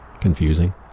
confusing